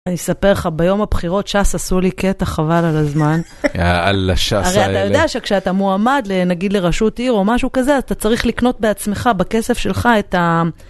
אני אספר לך, ביום הבחירות שס עשו לי קטע, חבל על הזמן. יאללה שס האלה. הרי אתה יודע שכשאתה מועמד, נגיד לראשות עיר או משהו כזה, אתה צריך לקנות בעצמך, בכסף שלך, את ה...